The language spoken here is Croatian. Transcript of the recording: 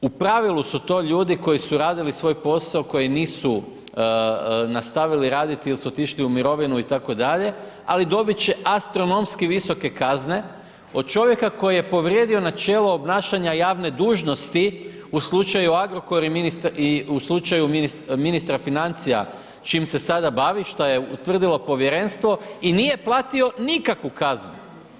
U pravilu su to ljudi koji su radili svoj posao koji nisu nastavili raditi, jer su otišli u mirovinu itd. ali dobiti će astronomski visoke kazne od čovjeka koji je povrijedio načelo obnašanja javne dužnosti u slučaju Agrokor i u slučaju ministra financija, s čim se sada bavi, šta je utvrdilo povjerenstvo i nije platio nikakvu kaznu.